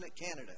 Canada